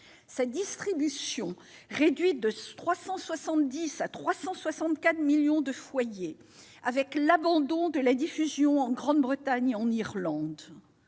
Sa distribution sera réduite de 370 à 364 millions de foyers, avec l'abandon de la diffusion en Grande-Bretagne et en Irlande.